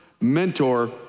mentor